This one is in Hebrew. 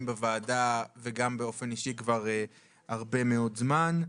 בוועדה וגם באופן אישי כבר הרבה מאוד זמן.